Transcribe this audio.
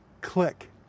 click